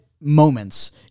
moments